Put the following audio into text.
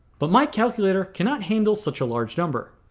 but my calculator cannot handle such a large number.